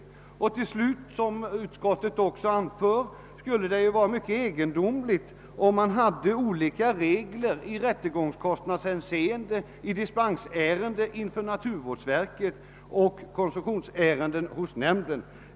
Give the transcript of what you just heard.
Slutligen skulle det, såsom utskottet också anför, vara egendomligt om olika regler gällde för rättegångskostnader i dispensärenden inför naturvårdsverket och koncessionsärenden inför nämnden.